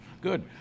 Good